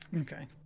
okay